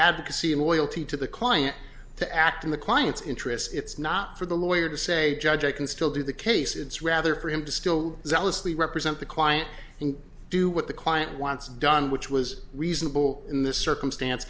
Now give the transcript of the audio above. advocacy and loyalty to the client to act in the client's interests it's not for the lawyer to say judge i can still do the case it's rather for him to still zealously represent the client and do what the client wants done which was reasonable in this circumstance